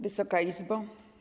Wysoka Izbo!